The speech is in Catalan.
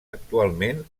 actualment